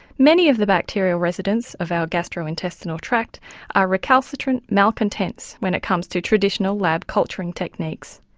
many of the bacterial residents of our gastrointestinal tract are recalcitrant malcontents when it comes to traditional lab culturing techniques.